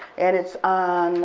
and it's on